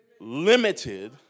Limited